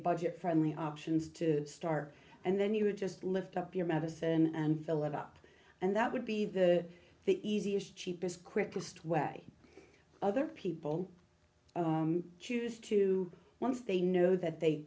budget friendly options to start and then you would just lift up your medicine and fill it up and that would be the the easiest cheapest quickest way other people choose to once they know that they